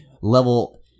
level